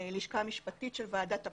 הלשכה המשפטית של ועדת הפנים,